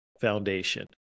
Foundation